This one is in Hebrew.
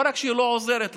לא רק שהיא לא עוזרת להם.